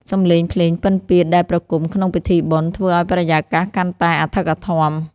សម្លេងភ្លេងពិណពាទ្យដែលប្រគំក្នុងពិធីបុណ្យ ធ្វើឱ្យបរិយាកាសកាន់តែអធិកអធម។